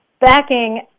backing